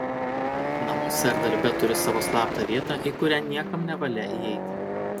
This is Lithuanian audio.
namuose ar darbe turi savo slaptą vietą į kurią niekam nevalia įeiti